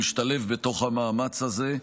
הוא משתלב בתוך המאמץ הזה.